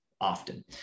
often